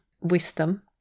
wisdom